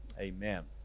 amen